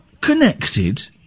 connected